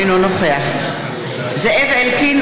אינו נוכח זאב אלקין,